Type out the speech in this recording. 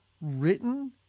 Written